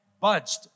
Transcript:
budged